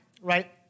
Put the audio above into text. right